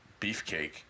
Beefcake